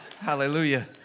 hallelujah